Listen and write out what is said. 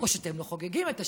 או שאתם לא חוגגים את ה-70.